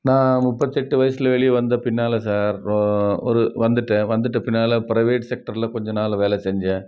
நான் முப்பத்தெட்டு வயசில் வெளியே வந்த பின்னால் சார் ஒரு வந்துட்ட வந்துட்ட பின்னால் பிரைவேட் செக்ட்டரில் கொஞ்ச நாள் வேலை செஞ்சேன்